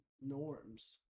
norms